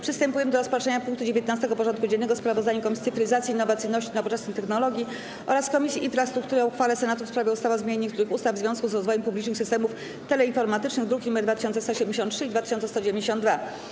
Przystępujemy do rozpatrzenia punktu 19. porządku dziennego: Sprawozdanie Komisji Cyfryzacji, Innowacyjności i Nowoczesnych Technologii oraz Komisji Infrastruktury o uchwale Senatu w sprawie ustawy o zmianie niektórych ustaw w związku z rozwojem publicznych systemów teleinformatycznych (druki nr 2173 i 2192)